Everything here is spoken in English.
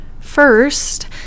First